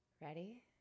ready